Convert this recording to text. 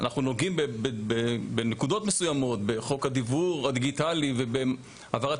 אנחנו נוגעים בנקודות מסוימות בחוק הדיוור הדיגיטלי ובהעברת